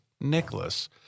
Nicholas